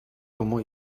comment